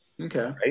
Okay